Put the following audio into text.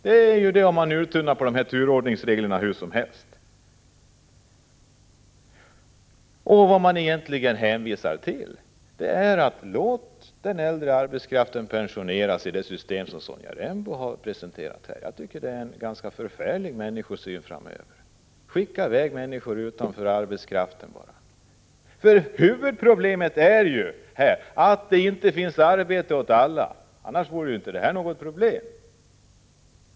Det blir ju följden om turordningsreglerna uttunnas hur som helst. Vad som egentligen sägs i det system som Sonja Rembo här har presenterat är: Den äldre arbetskraften pensioneras. Jag tycker att det är en ganska förfärlig människosyn: Skicka iväg människor utanför arbetsmarknaden! Huvudproblemet är ju att det inte finns arbete åt alla. Annars vore det hela inte något problem.